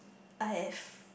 I have